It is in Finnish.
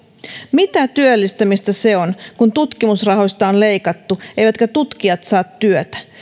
mitä työllistämistä se on kun tutkimusrahoista on leikattu eivätkä tutkijat saa työtä